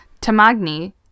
Tamagni